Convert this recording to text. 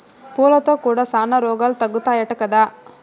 పూలతో కూడా శానా రోగాలు తగ్గుతాయట కదా